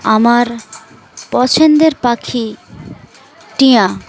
আমার পছন্দের পাখি টিয়া